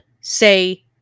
say